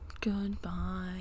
Goodbye